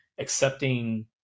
Accepting